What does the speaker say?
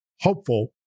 hopeful